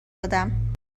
دادم